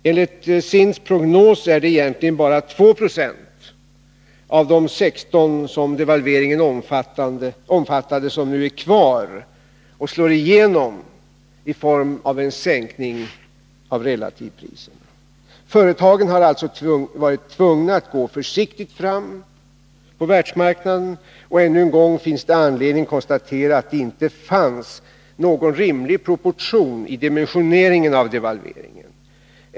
Enligt SIND:s prognos är det egentligen bara 2 90 av de 16 som devalveringen omfattade som nu är kvar och slår igenom i form av en sänkning av relativpriserna. Företagen har alltså varit tvungna att gå försiktigt fram på världsmarknaden, och ännu en gång finns det anledning konstatera att det inte fanns någon rimlig proportion i dimensioneringen av devalveringen.